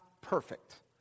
...perfect